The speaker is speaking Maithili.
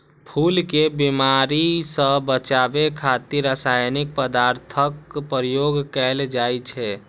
फूल कें बीमारी सं बचाबै खातिर रासायनिक पदार्थक प्रयोग कैल जाइ छै